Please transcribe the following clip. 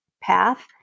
path